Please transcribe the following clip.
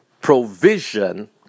provision